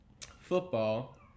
football